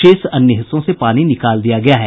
शेष अन्य हिस्सों से पानी निकाल दिया गया है